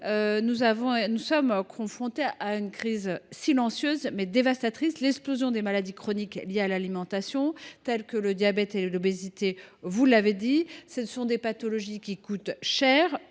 Nous sommes confrontés à une crise silencieuse, mais dévastatrice : l’explosion des maladies chroniques liées à l’alimentation, comme le diabète et l’obésité. Ce sont des pathologies qui coûtent cher,